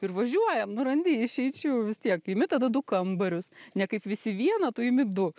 ir važiuojam nu randi išeičių vis tiek imi tada du kambarius ne kaip visi vieną tu imi du